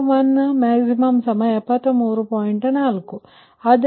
4 ಆದ್ದರಿಂದ46